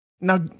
Now